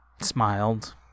smiled